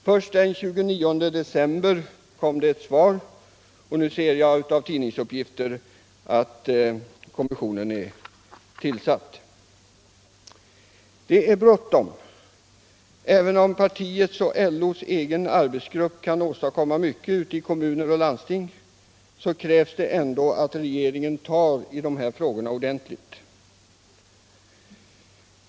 Först den 29 december kom det ett svar, och nu ser jag av tidningsuppgifter att kommissionen är tillsatt. Det är bråttom. Även om partiets och LO:s egen arbetsgrupp kan åstadkomma mycket i kommuner och landsting, krävs det att regeringen griper sig an med dessa frågor ordentligt.